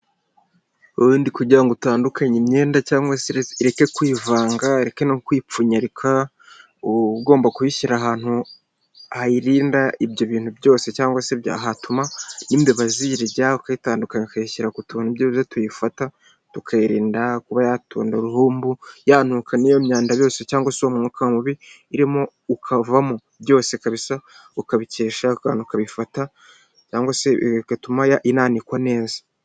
Ubundi kugira ngo utandukanye imyenda cyangwa se ireke kwivanga, ireke no kwipfunyarika, uba ugomba kuyishyira ahantu hayirinda ibyo bintu byose cyangwa se byahatuma n'imbeba ziyirya, ukuyitandukanya ukayishyira ku tuntu byibuze tuyifata tukayirinda kuba yatunda uruhumbu yanuka n'iyo myanda yose cyangwa se uwo mwuka mubi urimo ukavamo, byose kabisa ukabikesha akantu kabifata cyangwa se ibi bigatuma inanikwa neza.